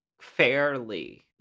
fairly